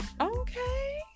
okay